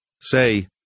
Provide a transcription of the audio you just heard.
Say